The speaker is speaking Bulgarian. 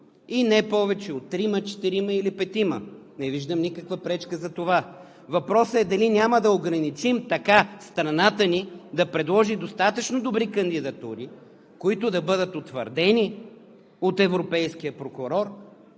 и не повече от трима, четирима или петима. Не виждам никаква пречка за това, но въпросът е дали така няма да ограничим страната ни да предложи достатъчно добри кандидатури, които да бъдат утвърдени от европейския прокурор